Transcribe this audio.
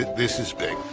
this is big.